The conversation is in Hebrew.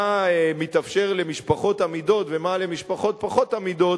ומה מתאפשר למשפחות אמידות ומה למשפחות פחות אמידות,